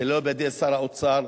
זה לא בידי שר האוצר,